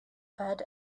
pad